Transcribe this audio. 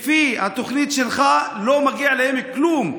לפי התוכנית שלך לא מגיע להם כלום,